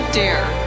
dare